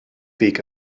weg